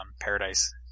Paradise